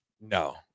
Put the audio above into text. no